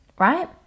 right